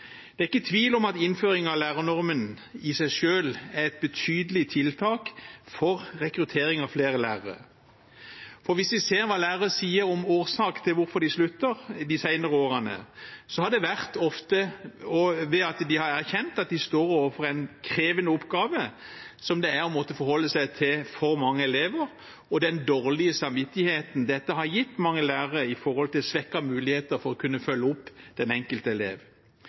Det er ikke tvil om at innføring av lærernormen i seg selv er et betydelig tiltak for rekruttering av flere lærere. Hvis vi ser hva lærere har sagt de senere årene om årsaken til at de slutter, har det ofte vært at de har erkjent at de står overfor en krevende oppgave, som det er å måtte forholde seg til for mange elever, og den dårlige samvittigheten dette har gitt mange lærere når det gjelder svekkede muligheter til å kunne følge opp den enkelte elev.